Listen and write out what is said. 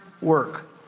work